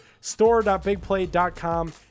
Store.bigplay.com